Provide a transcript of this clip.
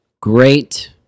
great